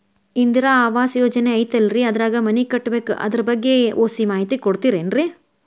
ಇಂದಿರಾ ಆವಾಸ ಯೋಜನೆ ಐತೇಲ್ರಿ ಅದ್ರಾಗ ಮನಿ ಕಟ್ಬೇಕು ಅದರ ಬಗ್ಗೆ ಒಸಿ ಮಾಹಿತಿ ಕೊಡ್ತೇರೆನ್ರಿ?